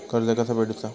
कर्ज कसा फेडुचा?